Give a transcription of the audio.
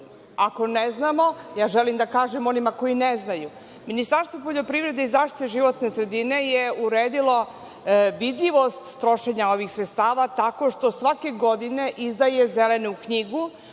Ako ne znamo, želim da kažem onima koji ne znaju. Ministarstvo poljoprivrede i zaštite životne sredine je uredilo vidljivost trošenja ovih sredstava tako što svake godine izdaje Zelenu knjigu